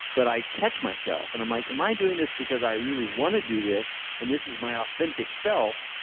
but i catch myself and i'm like, am i doing this because i really want to do this and this is my authentic self,